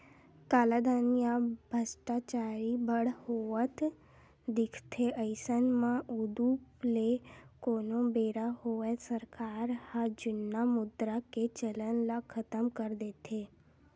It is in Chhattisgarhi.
कालाधन या भस्टाचारी बड़ होवत दिखथे अइसन म उदुप ले कोनो बेरा होवय सरकार ह जुन्ना मुद्रा के चलन ल खतम कर देथे